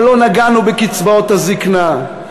אבל לא נגענו בקצבאות הזיקנה,